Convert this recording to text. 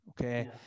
Okay